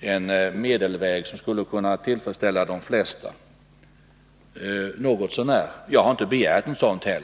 en medelväg och något så när tillfredsställa de flesta. Jag har inte heller begärt det.